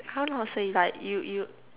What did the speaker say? how do I say like you you